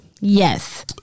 yes